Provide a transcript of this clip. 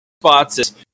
spots